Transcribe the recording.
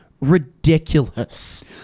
Ridiculous